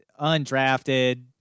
undrafted